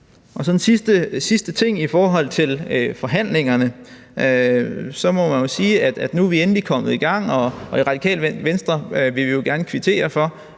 ting, jeg vil sige i forhold til forhandlingerne, er, at man må sige, at nu er vi endelig kommet i gang, og i Radikale Venstre vil vi gerne kvittere for,